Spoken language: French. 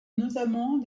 notamment